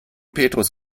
petrus